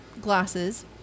Glasses